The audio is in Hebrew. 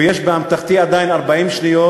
ויש באמתחתי עדיין 40 שניות,